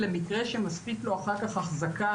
למקרה שמספיק לו אחר כך אחזקה